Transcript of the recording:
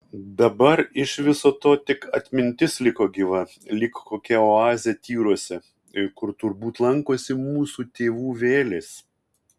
dabar iš to viso tik atmintis liko gyva lyg kokia oazė tyruose kur turbūt lankosi mūsų tėvų vėlės